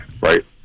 Right